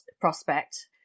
prospect